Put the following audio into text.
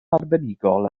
arbenigol